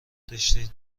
داشتید